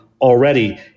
already